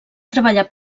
treballar